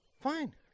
Fine